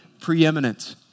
preeminent